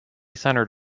centered